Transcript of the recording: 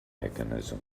mechanism